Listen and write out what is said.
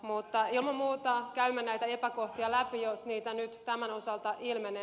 mutta ilman muuta käymme näitä epäkohtia läpi jos niitä nyt tämän osalta ilmenee